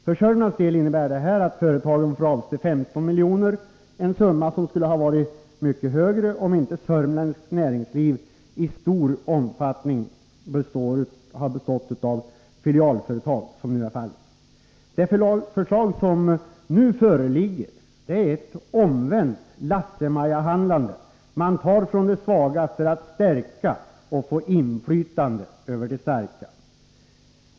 För Södermanlands län innebär det att företagen får avstå 15 milj.kr., en summa som skulle ha varit mycket högre om inte sörmländskt näringsliv i stor omfattning bestått av filialföretag, vilket är fallet. Det förslag som nu föreligger är ett omvänt Lasse-Majahandlande — man tar från de svaga för att stärka och få inflytande över de starka.